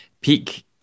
peak